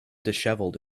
dishevelled